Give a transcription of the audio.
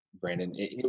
Brandon